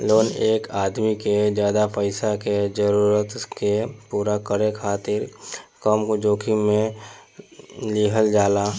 loan एक आदमी के ज्यादा पईसा के जरूरत के पूरा करे खातिर कम जोखिम में लिहल जाला